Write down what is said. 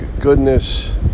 goodness